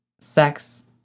sex